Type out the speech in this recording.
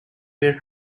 were